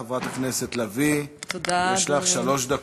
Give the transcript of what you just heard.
בבקשה, חברת הכנסת לביא, יש לך שלוש דקות.